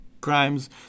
crimes